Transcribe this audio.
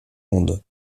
monde